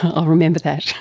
i'll remember that.